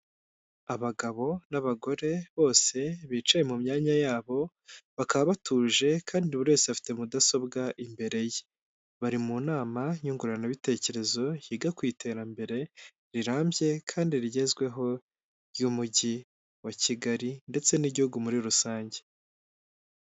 Abagabo n'abagore bose bicaye mu myanya yabo, bakaba batuje kandi buri wese afite mudasobwa imbere ye. Bari mu nama nyunguranabitekerezo yiga ku iterambere rirambye kandi rigezweho ry'Umujyi wa Kigali ndetse n'Igihugu muri rusange.